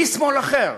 באיש שמאל אחר,